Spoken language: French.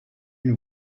une